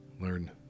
Learn